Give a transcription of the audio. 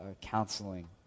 counseling